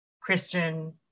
Christian